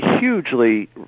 hugely